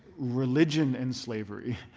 religion and slavery,